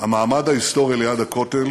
המעמד ההיסטורי של לוחמינו ליד הכותל